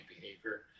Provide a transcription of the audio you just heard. behavior